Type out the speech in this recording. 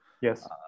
Yes